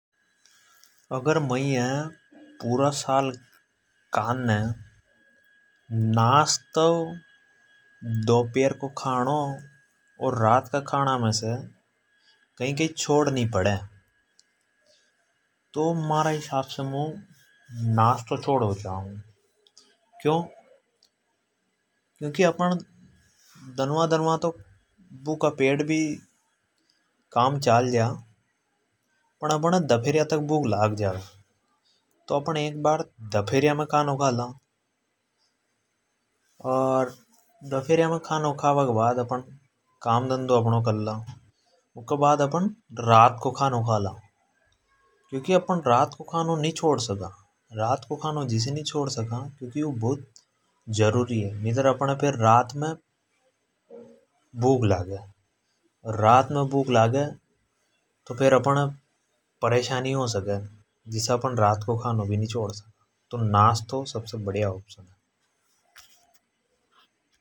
अगर मैये पुरा साल कान ने नाशतो, दोपहर को खानों और रात का खाणा मे से कई कई छोड़नी पड़े तो महारा हिसाब से मुं नाशतो छोड़ बो चाहँगु। क्यो क्योंकी अपण दनवा तो भूके पेट भी काम चाल जा। फण धफेरया तक भूख लाग बा लाग जा। अर धफेरया मे खानो खाबा के बाद काम धनदो अपनो करला। ऊँ के बाद अपण रात को खानो खा ला क्यों की अपण रात को खानो नि छोङ सका क्यों की वु बोत जरूरी है। नितर अपण है रात मे भूख लागे अर रात मे भूख लागे तो अपण है परेशानी हो सके। जिसे अपण रात को खानो भी नि छोङ सका तो नाश तो बड़िया।